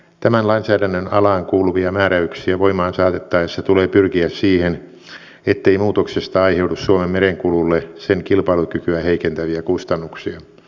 tämän lainsäädännön alaan kuuluvia määräyksiä voimaan saatettaessa tulee pyrkiä siihen ettei muutoksesta aiheudu suomen merenkululle sen kilpailukykyä heikentäviä kustannuksia